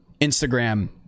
Instagram